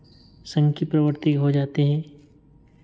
सनकी प्रवृति हो जाते हैं